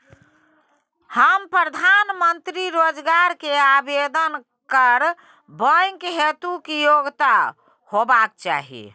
प्रधानमंत्री रोजगार के आवेदन करबैक हेतु की योग्यता होबाक चाही?